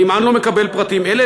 הנמען לא מקבל פרטים אלה,